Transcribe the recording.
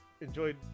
enjoyed